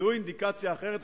זאת אינדיקציה אחרת.